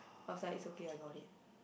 I was like it's okay I got it